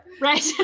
Right